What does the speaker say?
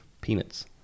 Peanuts